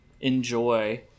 enjoy